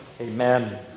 Amen